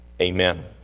Amen